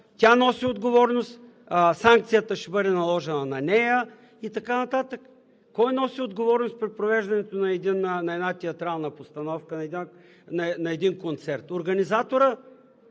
тя носи отговорност, санкцията ще бъде наложена на нея и така нататък. Кой носи отговорност при провеждането на една театрална постановка, на един концерт? Организаторът.